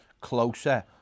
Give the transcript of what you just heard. closer